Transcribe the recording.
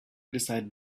decided